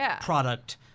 product